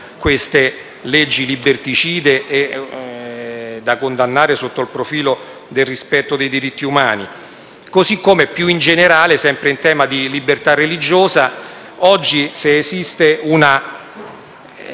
di leggi liberticide e da condannare sotto il profilo del rispetto dei diritti umani. Così come, più in generale, sempre in tema di libertà religiosa, se esiste oggi